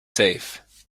safe